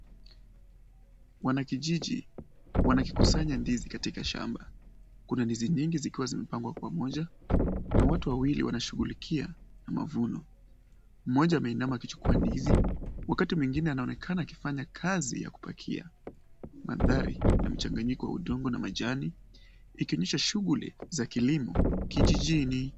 Wanakijiji, wanakikusanya ndizi katika shamba. Kuna ndizi nyingi zikiwa zimepangwa kwa moja, na watu wawili wanashughulikia na mavuno. Mmoja ameinama akichukua ndizi, wakati mwingine anaonekana akifanya kazi ya kupakia. Mandhari inamchanganyiko wa udongo na majani, ikionyesha shughuli za kilimo kijijini.